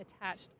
attached